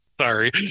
sorry